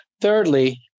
Thirdly